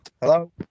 Hello